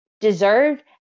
deserve